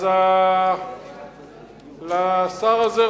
השר הזה,